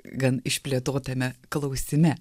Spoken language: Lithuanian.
gan išplėtotame klausime